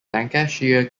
lancashire